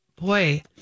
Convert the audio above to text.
Boy